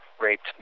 raped